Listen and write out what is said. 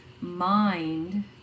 mind